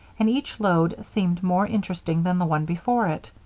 and each load seemed more interesting than the one before it.